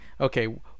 okay